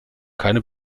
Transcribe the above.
keine